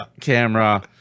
camera